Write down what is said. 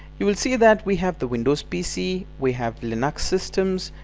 you will see that we have the windows pc, we have linux systems,